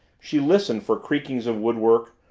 she listened for creakings of woodwork,